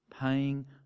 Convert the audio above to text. paying